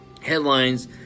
Headlines